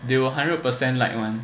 they will hundred per cent like [one]